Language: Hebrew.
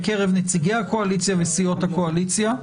בקרב נציגי הקואליציה וסיעות הקואליציה.